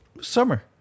Summer